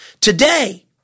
today